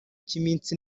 cy’iminsi